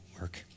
work